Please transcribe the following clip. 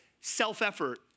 self-effort